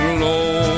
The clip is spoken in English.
low